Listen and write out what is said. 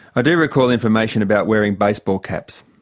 ah do recall information about wearing baseball caps.